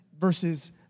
versus